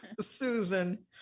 susan